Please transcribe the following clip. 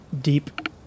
deep